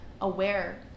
aware